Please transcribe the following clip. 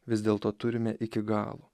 vis dėlto turime iki galo